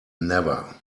never